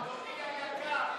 אדוני היקר,